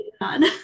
on